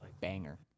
Banger